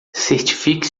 certifique